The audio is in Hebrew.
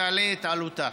תעלה את עלותה.